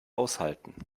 aushalten